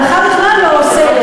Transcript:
ההלכה בכלל לא אוסרת.